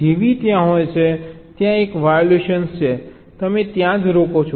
જેવી ત્યાં હોય છે ત્યાં એક વાયોલેશન છે તમે ત્યાં જ રોકો છો